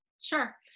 Sure